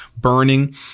burning